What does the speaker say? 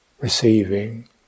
receiving